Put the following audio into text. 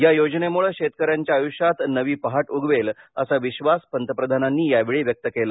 या योजनेमुळे शेतकऱ्यांच्या आयुष्यात नवी पहाट उगवेल असा विश्वास पंतप्रधानांनी यावेळी व्यक्त केला